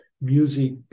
music